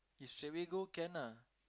if straight away go can ah